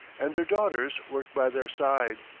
and their daughters worked by their side.